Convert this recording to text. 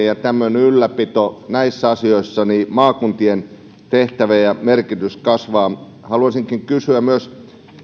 ja ylläpito näissä asioissa maakuntien tehtävä ja merkitys kasvavat haluaisinkin kysyä